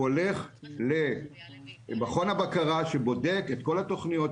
הוא הולך למכון הבקרה שבודק את כל התכניות,